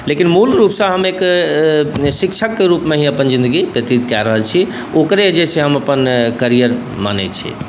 लेकिन मूलरूपसँ हम एक शिक्षकके रूपमे ही अपन जिनगी व्यतीत कऽ रहल छी ओकरे जे छै अपन कैरियर मानै छी